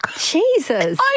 Jesus